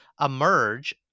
emerge